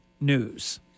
news